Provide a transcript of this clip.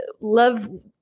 love